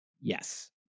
Yes